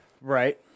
Right